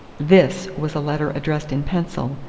this was a letter addressed in pencil,